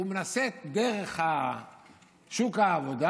הוא מנסה דרך שוק העבודה.